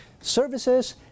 Services